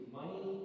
money